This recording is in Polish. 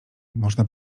można